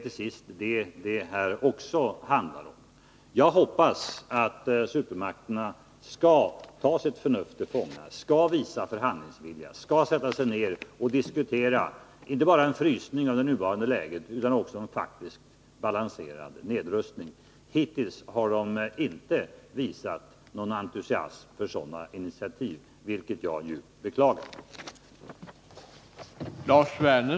Till sist är det så detta det handlar om. Jag hoppas att supermakterna skall ta sitt förnuft till fånga, skall visa förhandlingsvilja, skall sätta sig ned och diskutera inte bara en frysning av det nuvarande läget utan också en faktisk, balanserad nedrustning. Hittills har de inte visat någon entusiasm för sådana initiativ, vilket jag djupt beklagar.